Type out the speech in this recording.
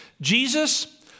Jesus